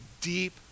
Deep